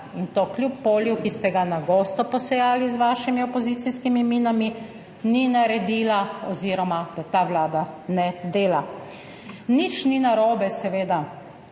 in to kljub polju, ki ste ga na gosto posejali s svojimi opozicijskimi minami, ni naredila oziroma da ta vlada ne dela. Nič ni narobe, seveda,